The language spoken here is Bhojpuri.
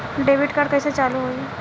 डेबिट कार्ड कइसे चालू होई?